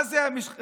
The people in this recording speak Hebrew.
מה זה המחיר?